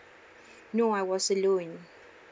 no I was alone